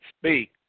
speak